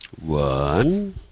One